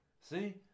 See